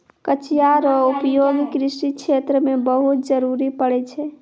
कचिया रो उपयोग कृषि क्षेत्र मे बहुत जरुरी पड़ै छै